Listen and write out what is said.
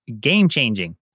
game-changing